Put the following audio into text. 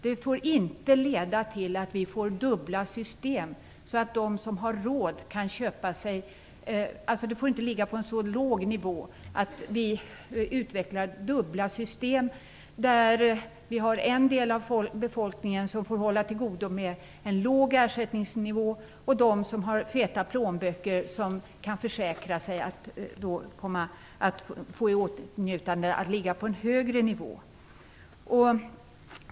De får inte ligga på en så låg nivå att vi utvecklar dubbla system där en del av befolkningen får hålla till godo med en låg ersättningsvis och de som har feta plånböcker och som kan försäkra sig kommer i åtnjutande av en högre nivå.